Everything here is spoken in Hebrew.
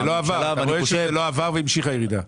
זה לא עבר והמשיכה הירידה.